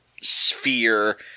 sphere